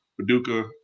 Paducah